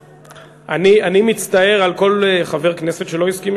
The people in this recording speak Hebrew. אני מצטער על כל חבר כנסת שלא הסכים.